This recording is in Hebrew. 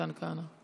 מתן כהנא.